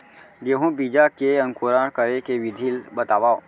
गेहूँ बीजा के अंकुरण करे के विधि बतावव?